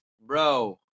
Bro